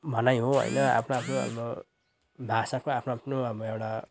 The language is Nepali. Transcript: भनाइ हो होइन आफ्नो आफ्नो अब भाषाको आफ्नो आफ्नो अब एउटा